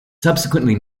subsequently